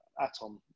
Atom